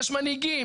יש מנהיגים,